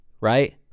right